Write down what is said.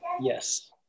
yes